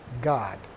God